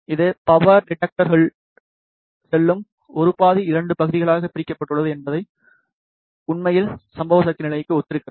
இந்த பவர் டிடெக்டருக்குள் செல்லும் 1 பாதி 2 பகுதிகளாகப் பிரிக்கப்பட்டுள்ளது என்பது உண்மையில் சம்பவ சக்தி நிலைக்கு ஒத்திருக்கிறது